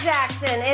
Jackson